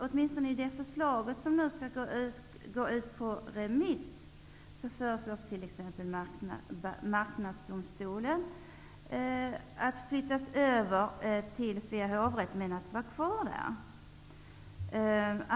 Åtminstone i det förslag som nu skall skickas ut på remiss pläderas för att t.ex. Marknadsdomstolen skall flyttas över till Svea hovrätt men att den skall vara kvar.